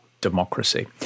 democracy